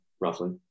roughly